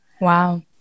Wow